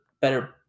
better